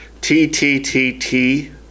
T-T-T-T